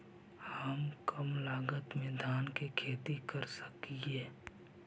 हम कम लागत में धान के खेती कर सकहिय?